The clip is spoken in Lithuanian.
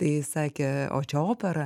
tai sakė o čia opera